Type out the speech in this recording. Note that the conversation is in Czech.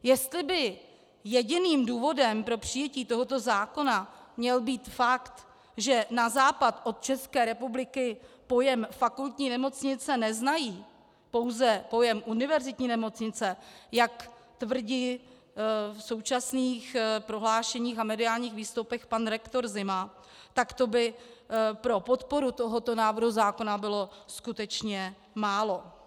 Jestli by jediným důvodem pro přijetí tohoto zákona měl být fakt, že na západ od České republiky pojem fakultní nemocnice neznají, pouze pojem univerzitní nemocnice, jak tvrdí v současných prohlášeních a mediálních výstupech pan rektor Zima, tak to by pro podporu tohoto návrhu zákona bylo skutečně málo.